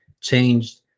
changed